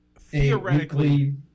theoretically